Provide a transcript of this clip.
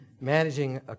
managing